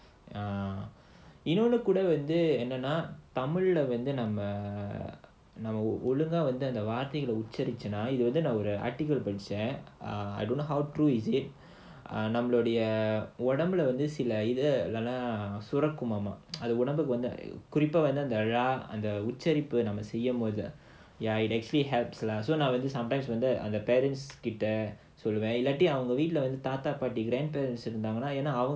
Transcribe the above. err இன்னொன்னு கூட வந்து என்னனா தமிழ்ல வந்து நாம ஒழுங்கா வந்து வார்த்தைகளை உச்சரிச்சோம்னா இது வந்து படிச்சேன்:innonu kooda vandhu ennanaa tamilla vandhu namma olunga vandhu vaarthaigala ucharichomnaa idhu vandhu padichaen I don't know how true is it நம்மளுடைய உடம்புல வந்து சில சுரக்குமமாம் அதுக்கு உடம்புக்கு வந்து குறிப்பா அந்தல உச்சரிப்பு செய்யும்போது:nammaludaiya udambula vandhu sila surakumamaam adhukku udambukku vandhu kurippaa andhala ucharippu seyyumpothu ya it actually helps lah so சொல்வேன் இல்லனா அவங்க வீட்ல தாத்தா பாட்டி இருந்தாங்கனா:solvaen illana avanga veetla thatha paati irunthaanganaa